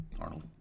Arnold